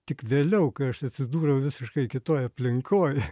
tik vėliau kai aš atsidūriau visiškai kitoj aplinkoj